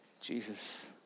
Jesus